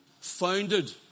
founded